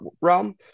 realm